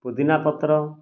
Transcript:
ପୁଦିନା ପତ୍ର